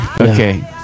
Okay